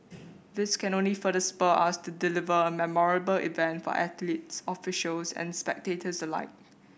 this can only further spur us to deliver a memorable event for athletes officials and spectators alike